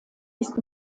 ist